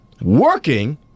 working